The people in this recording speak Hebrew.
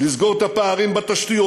כדי לסגור את הפערים בתשתיות,